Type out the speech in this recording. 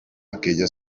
aquella